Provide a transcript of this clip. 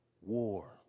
war